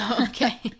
Okay